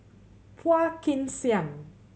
Phua Kin Siang